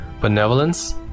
benevolence